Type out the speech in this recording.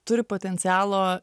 turi potencialo